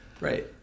Right